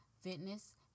fitness